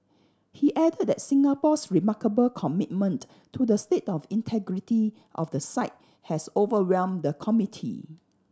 he added that Singapore's remarkable commitment to the state of integrity of the site has overwhelmed the committee